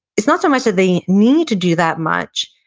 it's not so much that they need to do that much,